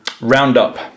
roundup